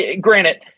granted